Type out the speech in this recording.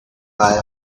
buy